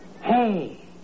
Hey